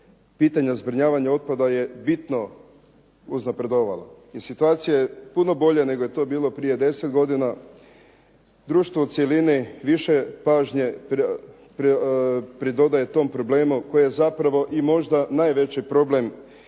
pitanja zbrinjavanja otpada je bitno uznapredovala i situacija je puno bolja nego je to bilo prije 10 godina. Društvo u cjelini više pažnje pridodaje tom problemu koje je zapravo i možda najveći problem i naše